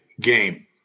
game